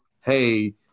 hey